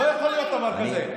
לא יכול להיות דבר כזה.